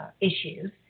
issues